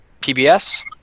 PBS